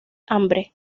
hambre